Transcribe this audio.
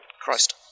Christ